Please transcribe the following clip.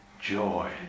joy